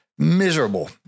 miserable